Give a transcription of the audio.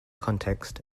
context